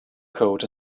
coat